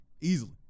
Easily